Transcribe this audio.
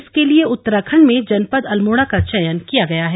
इसके लिए उत्तराखण्ड में जनपद अल्मोड़ा का चयन किया गया है